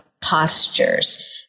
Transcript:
postures